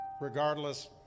Regardless